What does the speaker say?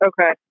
Okay